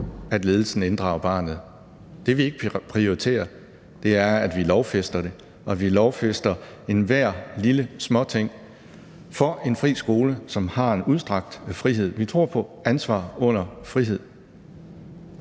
at ledelsen inddrager barnet. Det, vi ikke prioriterer, er, at vi lovfæster det, altså at vi lovfæster enhver lille småting for en fri skole, som har en udstrakt grad af frihed. Vi tror på frihed under ansvar.